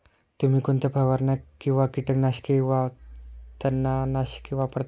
तुम्ही कोणत्या फवारण्या किंवा कीटकनाशके वा तणनाशके वापरता?